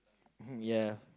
mmhmm ya